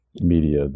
media